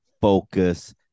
focus